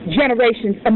generation's